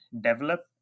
develop